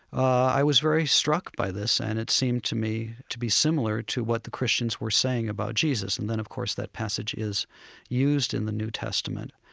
i was very struck by this, and it seemed to me to be similar to what the christians were saying about jesus. and then, of course, that passage is used in the new testament,